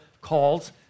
calls